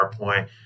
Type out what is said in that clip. PowerPoint